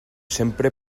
sempre